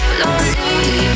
lonely